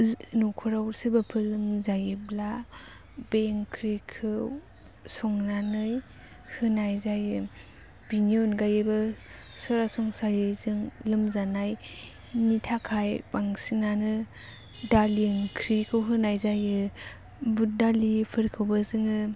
न'खराव सोरबाफोर लोमजायोब्ला बे ओंख्रिखौ संनानै होनाय जायो बिनि अनगायैबो सरास'नस्रायै जों लोमजानायनि थाखाय बांसिनानो दालि ओंख्रिखौ होनाय जायो बुध दालिफोरखौबो जोङो